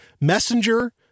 Messenger